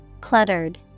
Cluttered